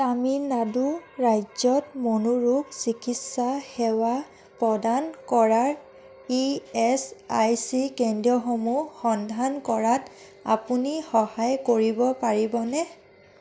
তামিলনাডু ৰাজ্যত মনোৰোগ চিকিৎসা সেৱা প্ৰদান কৰা ই এচ আই চি কেন্দ্ৰসমূহ সন্ধান কৰাত আপুনি সহায় কৰিব পাৰিবনে